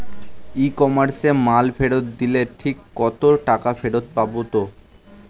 ই কমার্সে মাল ফেরত দিলে ঠিক মতো টাকা ফেরত পাব তো?